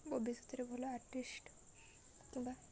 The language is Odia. ବୋଧେ ସେଥିରେ ଭଲ ଆର୍ଟିଷ୍ଟ କିମ୍ବା